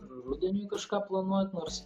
rudeniui kažką planuot nors